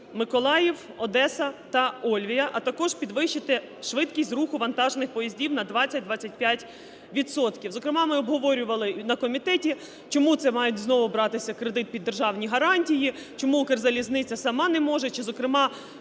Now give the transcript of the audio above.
Миколаїв, Одеса та "Ольвія", а також підвищити швидкість руху вантажних поїздів на 20-25 відсотків. Зокрема ми обговорювали і на комітеті, чому це має знову братися кредит під державні гарантії? Чому "Укрзалізниця" сама не може чи зокрема